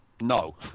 no